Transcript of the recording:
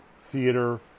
Theater